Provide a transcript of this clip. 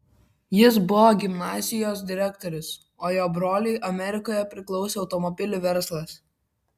jis buvo gimnazijos direktorius o jo broliui amerikoje priklausė automobilių verslas